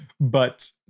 But-